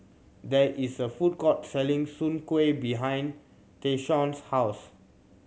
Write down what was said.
there is a food court selling soon kway behind Tayshaun's house